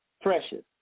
precious